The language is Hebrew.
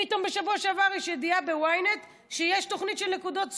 פתאום בשבוע שעבר יש ידיעה ב-ynet שיש תוכנית של נקודות זכות.